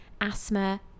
asthma